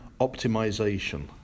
Optimization